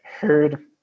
heard